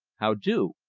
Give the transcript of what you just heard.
how do,